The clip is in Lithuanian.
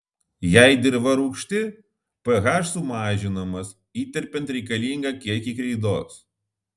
jei dirva rūgšti ph sumažinamas įterpiant reikalingą kiekį kreidos